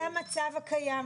זה המצב הקיים.